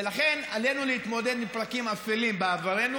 ולכן עלינו להתמודד עם פרקים אפלים בעברנו